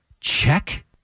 check